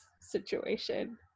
situation